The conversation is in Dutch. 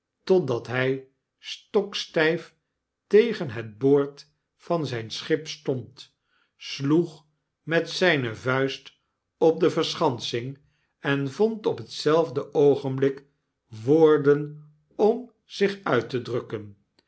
totdat hystokstyf tegen het boord van zyn schip stond sloeg met zyne vuist op de verschansing en vond op hetzelfde oogenblik woorden om zich uit te drukken